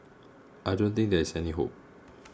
I don't think there is any hope